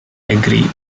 agree